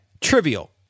trivial